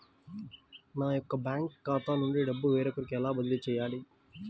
నా యొక్క బ్యాంకు ఖాతా నుండి డబ్బు వేరొకరికి ఎలా బదిలీ చేయాలి?